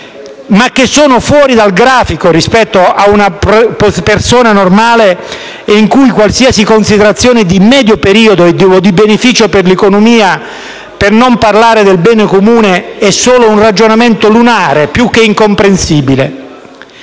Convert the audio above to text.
ma sono fuori dal grafico rispetto ad una persona normale, per la quale qualsiasi considerazione di medio periodo o di beneficio per l'economia, per non parlare del bene comune, è solo un ragionamento lunare più che incomprensibile.